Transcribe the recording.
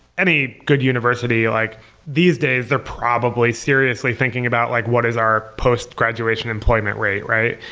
any good university, like these days they're probably seriously thinking about like what is our post-graduation employment rate, right?